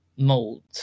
mold